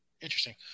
interesting